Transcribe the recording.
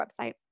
website